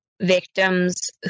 victims